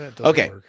Okay